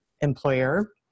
employer